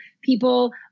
people